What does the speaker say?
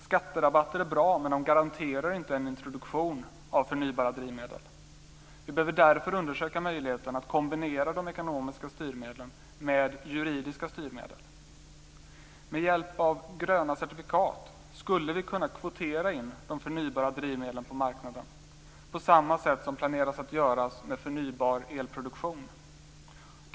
Skatterabatter är bra, men de garanterar inte en introduktion av förnybara drivmedel. Med hjälp av gröna certifikat skulle vi kunna kvotera in de förnybara drivmedlen på marknaden på samma sätt som man planerar att göra med förnybar elproduktion.